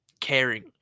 caring